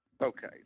Okay